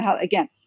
again